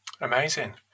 amazing